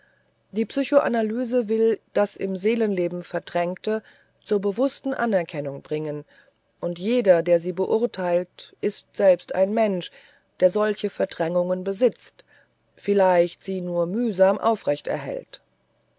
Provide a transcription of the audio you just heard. die psychoanalyse will das im seelenleben verdrängte zur bewußten anerkennung bringen und jeder der sie beurteilt ist selbst ein mensch der solche verdrängungen besitzt vielleicht sie nur mühsam aufrecht erhält